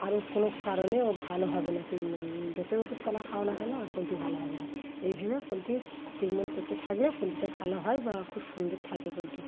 আর ওর কোনো কারণে ও ভালো হবে না ট্রিটমেন্ট যতই ওষুধ খাও না কেন আর পোলট্রি ভালো হবে না এইভোবে পোলট্রির ট্রিটমেন্ট করতে থাকলে পোলট্রিটা ভালো হয় বা খুব সুন্দর থাকে পোলট্রি